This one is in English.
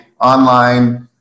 online